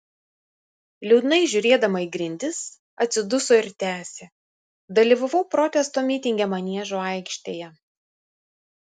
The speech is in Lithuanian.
liūdnai žiūrėdama į grindis atsiduso ir tęsė dalyvavau protesto mitinge maniežo aikštėje